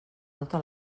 tota